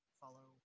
follow